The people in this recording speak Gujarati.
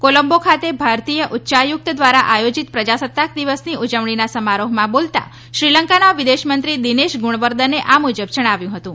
કોલંબો ખાતે ભારતીય ઉચ્યાયુક્ત દ્વારા આયોજીત પ્રજાસત્તાક દિવસની ઉજવણીના સમારોહમાં બોલતા શ્રીલંકાના વિદેશમંત્રી દિનેશ ગુણ વર્દને આ મુજબ જણાવ્યું હતું